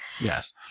Yes